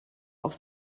auf